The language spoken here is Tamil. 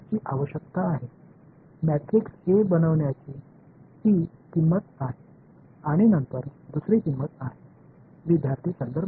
எனவே அது மேட்ரிக்ஸை உருவாக்குவதற்கான செலவு ஆகும் பின்னர் இரண்டாவது செலவு ஆகும்